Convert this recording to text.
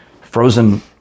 frozen